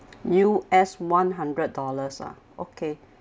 U_S one hundred dollars ah okay